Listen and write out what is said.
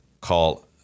call